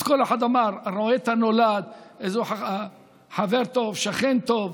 אז כל אחד אמר: הרואה את הנולד, חבר טוב, שכן חדש.